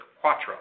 Quattro